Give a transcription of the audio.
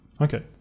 Okay